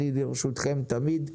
אני לרשותכם תמיד.